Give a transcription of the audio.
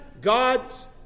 God's